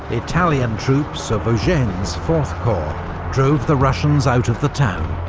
italian troops of eugene's fourth corps drove the russians out of the town.